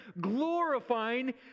glorifying